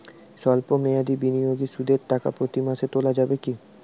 সল্প মেয়াদি বিনিয়োগে সুদের টাকা প্রতি মাসে তোলা যাবে কি?